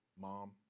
mom